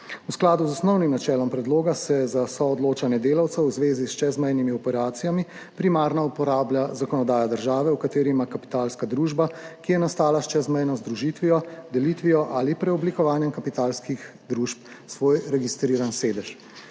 V skladu z osnovnim načelom predloga se za soodločanje delavcev v zvezi s čezmejnimi operacijami primarno uporablja zakonodaja države, v kateri ima kapitalska družba, ki je nastala s čezmejno združitvijo, delitvijo ali preoblikovanjem kapitalskih družb, svoj registriran sedež.